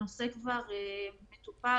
הנושא כבר מטופל.